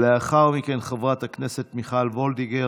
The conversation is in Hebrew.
ולאחר מכן, חברת הכנסת מיכל וולדיגר,